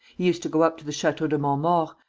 he used to go up to the chateau de montmaur,